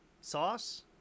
Sauce